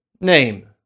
name